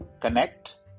connect